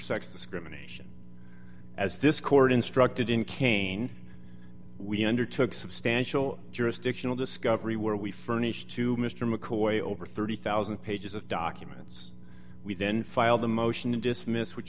sex discrimination as this court instructed in kane we undertook substantial jurisdictional discovery where we furnished to mr mccoy over thirty thousand dollars pages of documents we then filed a motion to dismiss which